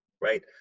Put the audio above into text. right